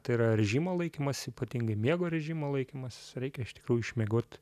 tai yra režimo laikymasis ypatingai miego režimo laikymasis reikia iš tikrųjų išmiegot